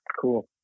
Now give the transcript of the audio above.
Cool